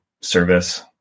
service